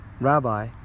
Rabbi